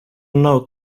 know